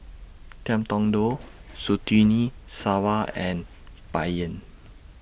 Ngiam Tong Dow Surtini Sarwan and Bai Yan